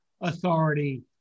authority